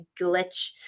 glitch